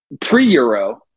pre-Euro